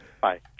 Bye